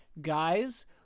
guys